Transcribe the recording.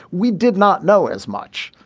we did not know as much.